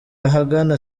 ahagana